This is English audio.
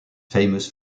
famous